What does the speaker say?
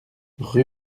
rue